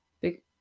big